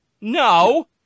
No